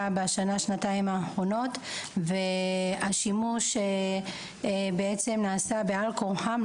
בשנה-שנתיים האחרונות והשימוש נעשה בעל כורחם,